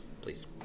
please